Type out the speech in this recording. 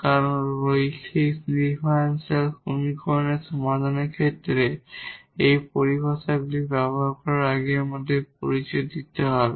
কারণ linear differential সমীকরণের সমাধানের ক্ষেত্রে এই পরিভাষাগুলি ব্যবহার করার আগে আমাদের পরিচয় দিতে হবে